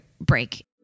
break